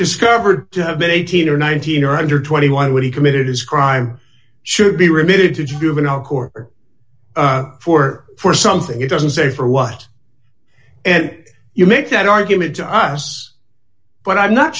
discovered to have been eighteen or nineteen or under twenty one when he committed his crime should be remitted to juvenile court for for something it doesn't say for what and you make that argument to us but i'm not